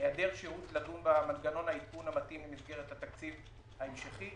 היעדר אפשרות לדון במנגנון העדכון המתאים במסגרת התקציב ההמשכי,